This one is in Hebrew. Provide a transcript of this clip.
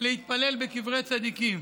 להתפלל בקברי צדיקים.